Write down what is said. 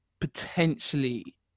potentially